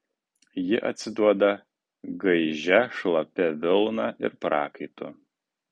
ji atsiduoda gaižia šlapia vilna ir prakaitu